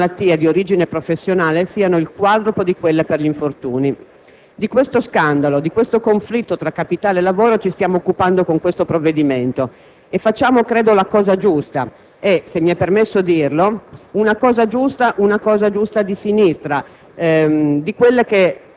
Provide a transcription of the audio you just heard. L'Organizzazione internazionale del lavoro ritiene che in Europa le morti per malattie di origine professionale siano il quadruplo di quelle per infortuni. Di questo scandalo e di questo conflitto tra capitale e lavoro ci stiamo occupando con il provvedimento in esame; credo che stiamo facendo la cosa giusta ed è - se mi è permesso -